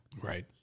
Right